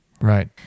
right